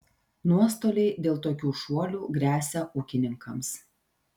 nuostoliai dėl tokių šuolių gresia ūkininkams